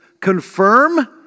confirm